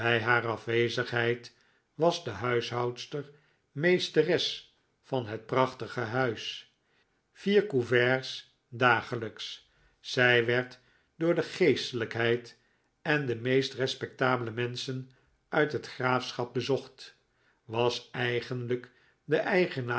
haar afwezigheid was de huishoudster meesteres van het prachtige huis vier couverts dagelijks zij werd door de geestelijkheid en de meest respectabele menschen uit het graafschap bezocht was eigenlijk de